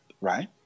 right